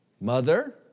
mother